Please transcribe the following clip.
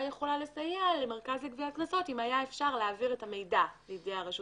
יכולה לסייע למרכז לגביית קנסות אם היה אפשר להעביר את המידע לידי הרשות